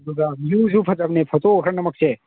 ꯑꯗꯨꯒ ꯕꯤꯌꯨꯁꯨ ꯐꯖꯅꯅꯦ ꯐꯣꯇꯣ ꯈꯔ ꯅꯃꯛꯁꯦ